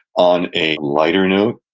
on a lighter note,